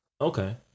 okay